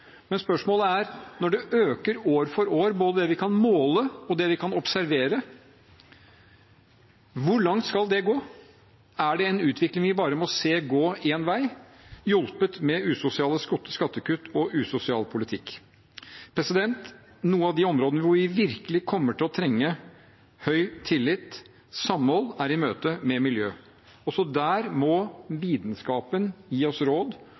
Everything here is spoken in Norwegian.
Men spørsmålet er: Når det øker år for år, både det vi kan måle, og det vi kan observere, hvor langt skal det gå? Er det en utvikling vi bare må se gå én vei, hjulpet med usosiale skattekutt og usosial politikk? Noen av de områdene hvor vi virkelig kommer til å trenge høy tillit og samhold, er i møte med miljø. Også der må vitenskapen gi oss råd